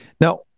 Now